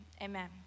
amen